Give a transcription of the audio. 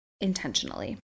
intentionally